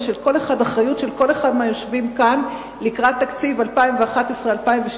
ואחריות של כל אחד מהיושבים כאן לקראת תקציב 2011 2012,